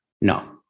no